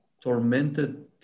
tormented